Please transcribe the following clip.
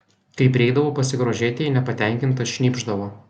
kai prieidavau pasigrožėti ji nepatenkinta šnypšdavo